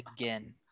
again